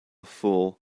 fool